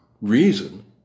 reason